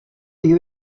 bych